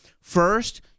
first